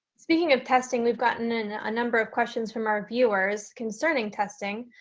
speaking of testing, we've gotten and a number of questions from our viewers concerning testing.